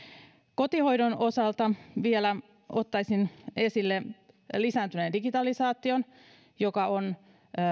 kotihoidon osalta vielä ottaisin esille lisääntyneen digitalisaation joka on